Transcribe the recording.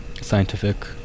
scientific